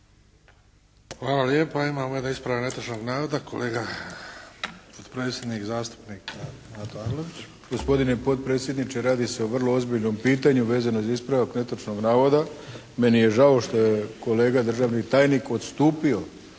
Hvala lijepa. Imamo jedan ispravak netočnog navoda, kolega potpredsjednik zastupnik Mato Arlović. **Arlović, Mato (SDP)** Gospodine potpredsjedniče, radi se o vrlo ozbiljnom pitanju vezano za ispravak netočnog navoda. Meni je žao što je kolega državni tajnik odstupio